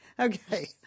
Okay